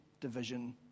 division